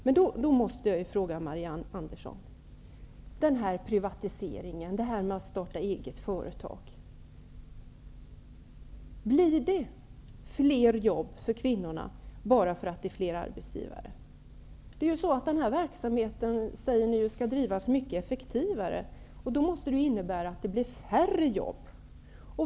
Jag måste ställa en fråga till Marianne Andersson när det gäller att privatisera och att starta eget företag. Blir det fler jobb för kvinnorna bara därför att det är fler arbetsgivare? Ni säger ju att denna verksamhet skall drivas mycket effektivare. Det måste ju innebära att det blir färre jobb.